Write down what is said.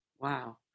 Wow